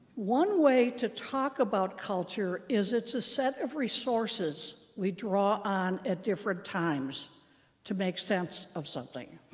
one way to talk about culture is it's a set of resources we draw on at different times to make sense of something.